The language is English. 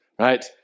right